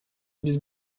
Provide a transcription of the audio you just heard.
без